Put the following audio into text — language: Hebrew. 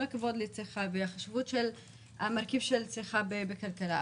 הכבוד לצריכה ולחשיבות של מרכיב הצריכה בכלכלה,